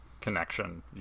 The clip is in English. connection